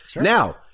Now